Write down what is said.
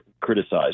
criticized